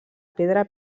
pedra